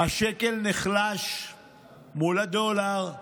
השקל נחלש מול הדולר,